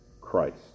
Christ